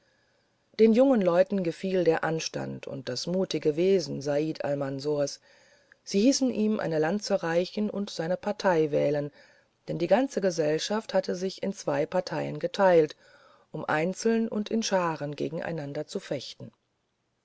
den jungen leuten gefiel der anstand und das mutige wesen said almansors sie ließen ihm eine lanze reichen und seine partie wählen denn die ganze gesellschaft hatte sich in zwei partien geteilt um einzeln und in scharen gegeneinander zu fechten